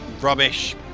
rubbish